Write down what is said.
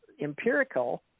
empirical